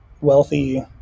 wealthy